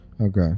Okay